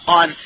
on